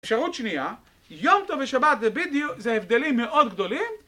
אפשרות שנייה, יום טוב ושבת זה בדיוק, זה הבדלים מאוד גדולים